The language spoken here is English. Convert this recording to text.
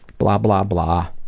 blah blah blah.